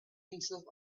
himself